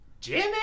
Jimmy